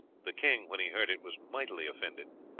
the king when he heard it was mightily offended.